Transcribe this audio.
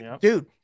Dude